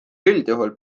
üldjuhul